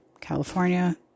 California